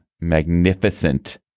magnificent